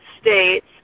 States